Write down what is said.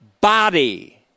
body